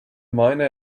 miner